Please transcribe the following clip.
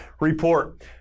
report